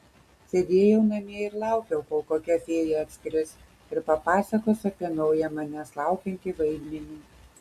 sėdėjau namie ir laukiau kol kokia fėja atskris ir papasakos apie naują manęs laukiantį vaidmenį